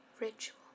ritual